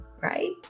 Right